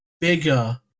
bigger